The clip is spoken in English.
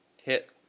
Hit